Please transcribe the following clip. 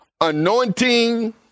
anointing